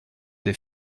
des